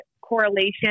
correlation